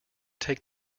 take